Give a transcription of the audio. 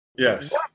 Yes